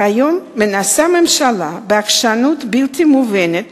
כיום מנסה הממשלה בעקשנות בלתי מובנת